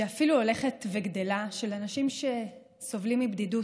שאפילו הולכת וגדלה, של אנשים שסובלים מבדידות.